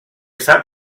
sap